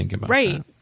right